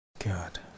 God